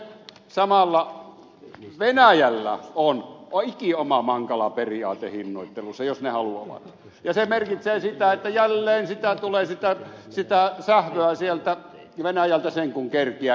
samalla venäjällä on ikioma mankala periaate hinnoittelussa jos he haluavat ja se merkitsee sitä että jälleen tulee sitä sähköä sieltä venäjältä sen kun kerkiää